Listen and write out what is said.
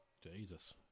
Jesus